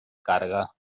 carga